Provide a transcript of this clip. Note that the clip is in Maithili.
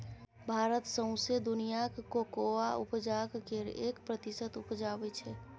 भारत सौंसे दुनियाँक कोकोआ उपजाक केर एक प्रतिशत उपजाबै छै